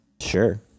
Sure